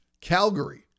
Calgary